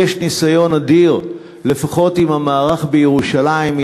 לי יש ניסיון אדיר, לפחות עם המערך בירושלים.